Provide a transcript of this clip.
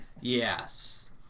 yes